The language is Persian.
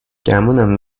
گمونم